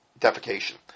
defecation